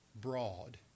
broad